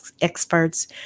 experts